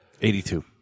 82